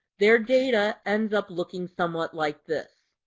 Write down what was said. their data ends up looking somewhat like this.